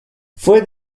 fue